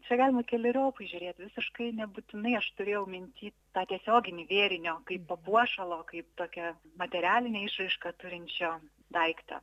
čia galima keleriopai žiūrėti visiškai nebūtinai aš turėjau minty tą tiesioginį vėrinio kaip papuošalo kaip tokią materialinę išraišką turinčio daiktą